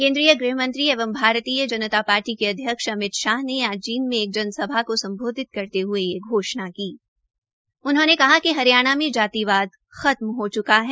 केन्द्रीय ग़हमंत्री एवं भारतीय जनता के अध्यक्ष शाह ने आज जींद में एक जनसभा को सम्बोधित करते हये ये घोषणा की उन्होंने कहा कि हरियाणा में जातिवाद खत्म हो च्का है